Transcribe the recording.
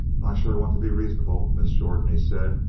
i sure want to be reasonable, miss jordan, he said.